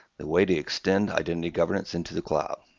the way to extend identity governance into the cloud.